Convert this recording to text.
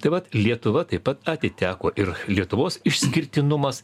tai vat lietuva taip pat atiteko ir lietuvos išskirtinumas